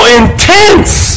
intense